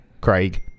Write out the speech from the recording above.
craig